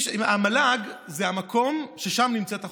המל"ג זה המקום שבו נמצאת החוכמה,